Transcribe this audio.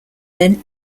then